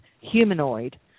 humanoid